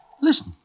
Listen